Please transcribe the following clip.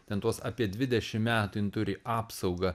ten tuos apie dvidešim metų jin turi apsaugą